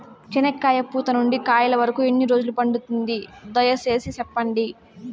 చెనక్కాయ పూత నుండి కాయల వరకు ఎన్ని రోజులు పడుతుంది? దయ సేసి చెప్పండి?